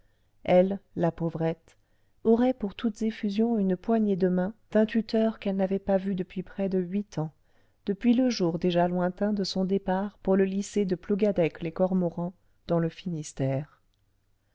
elle la pauvrette aurait pour toutes effusions une poignée de main d'un tuteur qu'elle n'avait pas vu depuis près de huit ans depuis le jour déjà lointain de son départ pour le lycée de plougadec les cormorans dans le finistère